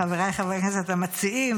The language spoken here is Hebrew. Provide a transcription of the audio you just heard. חבריי חברי הכנסת המציעים,